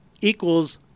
equals